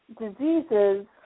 diseases